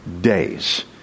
days